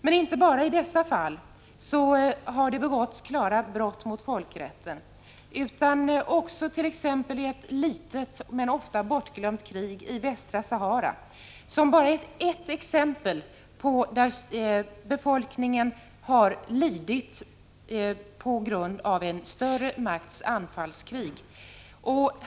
Men inte bara i dessa fall har det begåtts klara brott mot folkrätten utan också t.ex. i ett litet, ofta bortglömt krig i västra Sahara, som bara är ett exempel på att befolkningen har lidit på grund av en större makts anfallskrig.